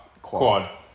quad